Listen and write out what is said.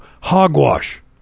hogwash